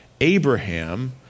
abraham